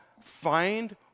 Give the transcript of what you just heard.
find